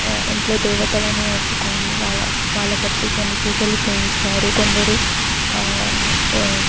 ఇంట్లో దేవతలని ఒప్పుకొని వాళ్ళ వాళ్ళ బట్టి కొన్ని పూజలు చేయిస్తారు కొందరు